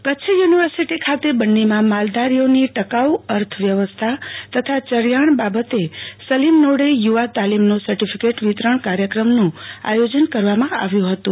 course Kutch university ખાતે બન્નીમાં માલધારીઓની ટકાઉ અર્થવ્યવસ્થા તથા ચરિયાણ બાબતે સલીમ નોડે યુ વા તાલીમનો સર્ટીફીકેટ વિતરણ કાર્યક્રમનું આયોજન કરવામાં આવ્યું હતું